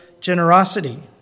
generosity